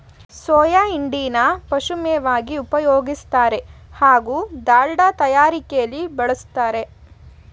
soya ಹಿಂಡಿನ ಪಶುಮೇವಾಗಿ ಉಪಯೋಗಿಸ್ತಾರೆ ಹಾಗೂ ದಾಲ್ಡ ತಯಾರಿಕೆಲಿ ಬಳುಸ್ತಾರೆ